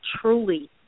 truly